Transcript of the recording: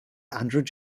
andrew